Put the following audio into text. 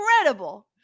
Incredible